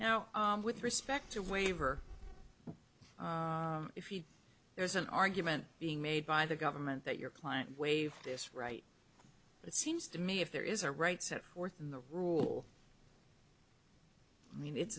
now with respect to waiver if you there's an argument being made by the government that your client waived this right it seems to me if there is a right set forth in the rule i mean it's